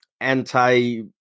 anti